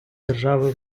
держави